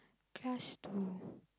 class to